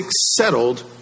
settled